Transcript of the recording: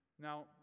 Now